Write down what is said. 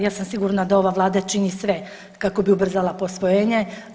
Ja sam sigurna da ova vlada čini sve kako bi ubrzala posvojenje.